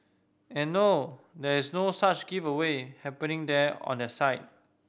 and no there is no such giveaway happening there on their site